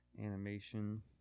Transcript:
animation